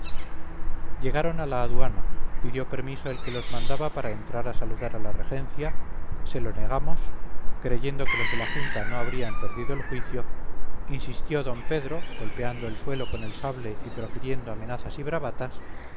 llegaron a la aduana pidió permiso el que los mandaba para entrar a saludar a la regencia se lo negamos creyendo que los de la junta no habrían perdido el juicio insistió d pedro golpeando el suelo con el sable y profiriendo amenazas y bravatas